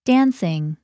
Dancing